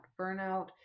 Burnout